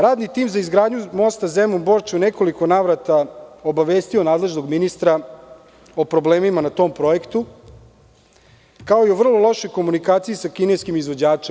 Radni tim za izgradnju mosta Zemun-Borča je u nekoliko navrata obavestio nadležnog ministra o problemima na tom projektu, kao i o vrlo lošoj komunikaciji sa kineskim izvođačem.